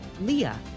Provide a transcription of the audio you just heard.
Leah